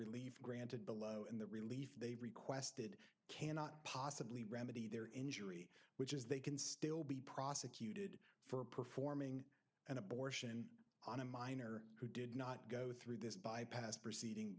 entered the low in the relief they requested cannot possibly remedy their injury which is they can still be prosecuted for performing an abortion on a minor who did not go through this bypass proceeding